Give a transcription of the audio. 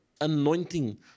anointing